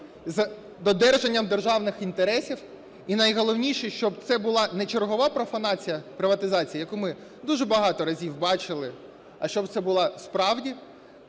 з додержанням державних інтересів. І найголовніше, щоб це була не чергова профанація приватизації, яку ми дуже багато разів бачили, а щоб це була справді